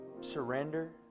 surrender